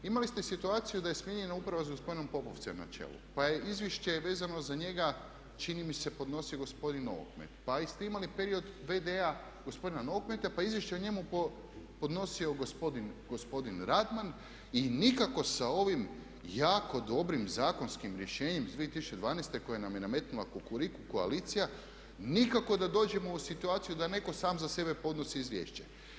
Imali ste situaciju da je smijenjena uprava s gospodinom Popovcem na čelu koja je izvješće vezano za njega čini mi se gospodin Novokmet, pa ste imali period v.d.-a gospodina Novokmeta pa izvješće o njemu je podnosio gospodin Radman i nikako sa ovim jako dobrim zakonskim rješenjem iz 2012. koje nam je nametnula Kukriku koalicija nikako da dođemo u situaciju da netko sam za sebe podnosi izvješće.